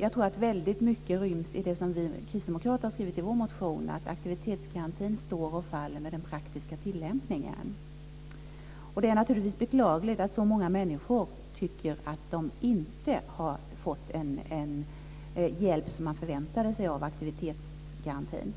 Jag tror att mycket ryms i det som vi kristdemokrater har skrivit i vår motion, att aktivitetsgarantin står och faller med den praktiska tillämpningen. Det är naturligtvis beklagligt att så många människor tycker att de inte har fått den hjälp som man förväntade sig av aktivitetsgarantin.